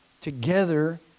together